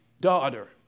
daughter